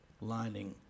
lining